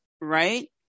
right